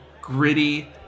gritty